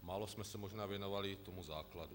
Málo jsme se možná věnovali základu.